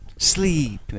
Sleep